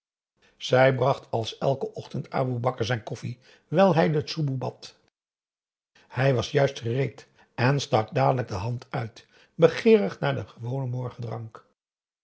zij bracht als elken ochtend aboe bakar zijn koffie terwijl hij de tsoeboe bad hij was juist gereed en stak dadelijk de hand uit begeerig naar den gewonen morgendrank